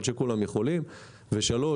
שלוש,